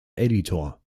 editor